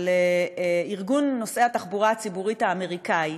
ארגון נוסעי התחבורה הציבורית האמריקני,